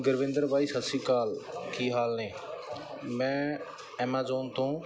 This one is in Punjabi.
ਗੁਰਵਿੰਦਰ ਬਾਈ ਸਤਿ ਸ਼੍ਰੀ ਅਕਾਲ ਕੀ ਹਾਲ ਨੇ ਮੈਂ ਐਮਾਜੋਨ ਤੋਂ